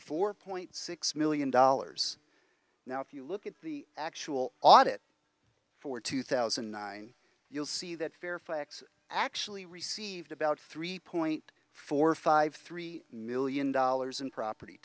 four point six million dollars now if you look at the actual audit for two thousand and nine you'll see that fairfax actually received about three point four five three million dollars in property